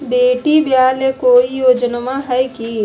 बेटी ब्याह ले कोई योजनमा हय की?